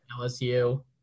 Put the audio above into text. LSU